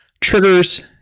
triggers